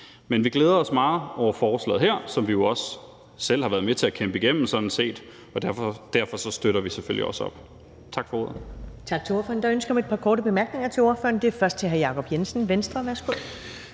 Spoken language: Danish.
Men vi glæder os meget over lovforslaget her, som vi jo sådan set også selv har været med til at kæmpe igennem. Derfor støtter vi selvfølgelig også op om det. Tak for ordet.